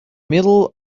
middle